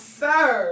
sir